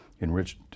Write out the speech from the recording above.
enriched